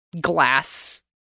glass